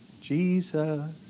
Jesus